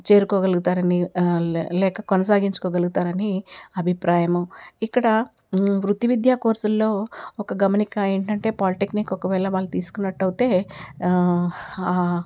చేరుకోగలుగుతారని లే లేక కొనసాగించుకోగలుగుతారని అభిప్రాయము ఇక్కడ వృత్తి విద్యా కోర్సుల్లో ఒక గమనిక ఏంటంటే పాలిటెక్నిక్ ఒకవేళ వాళ్ళు తీసుకున్నట్టయితే